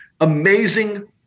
Amazing